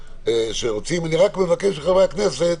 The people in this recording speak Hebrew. אני רק מבקש מחברי הכנסת,